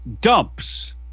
dumps